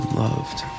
loved